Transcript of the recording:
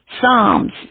Psalms